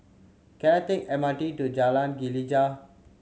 can I take M R T to Jalan Gelegar